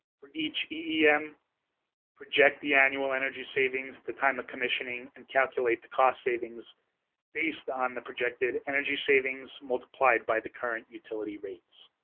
for each eem, project the annual energy savings, the time of commissioning, and calculate the cost savings based on the projected energy savings, multiplied by the current utility rates.